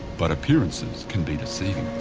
but appearances can be deceiving.